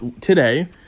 today